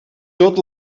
tot